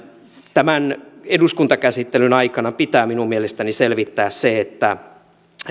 tämän eduskuntakäsittelyn aikana minun mielestäni pitää selvittää se